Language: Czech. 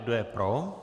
Kdo je pro?